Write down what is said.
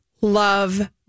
love